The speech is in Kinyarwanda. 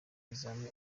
examen